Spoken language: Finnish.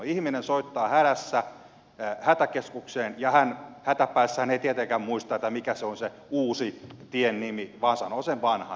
ihminen soittaa hädässä hätäkeskukseen ja hän hätäpäissään ei tietenkään muista mikä se on se uusi tien nimi vaan sanoo sen vanhan